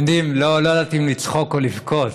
אתם יודעים, לא ידעתי אם לצחוק או לבכות.